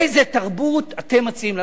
איזו תרבות אתם מציעים לנו?